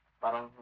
parang